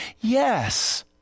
Yes